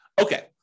Okay